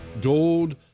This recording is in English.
Gold